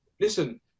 Listen